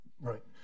Right